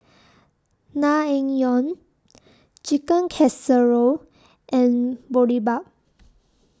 Naengmyeon Chicken Casserole and Boribap